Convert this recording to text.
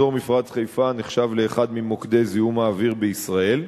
אזור מפרץ חיפה נחשב לאחד ממוקדי זיהום האוויר בישראל.